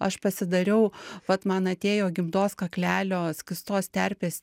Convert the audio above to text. aš pasidariau vat man atėjo gimdos kaklelio skystos terpės